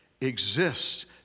exists